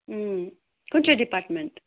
कुन चाहिँ डिपार्टमेन्ट